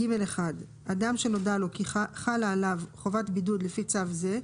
"(ג1) אדם שנודע לו כי חלה עליו חובת בידוד לפי צו זה,